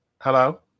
Hello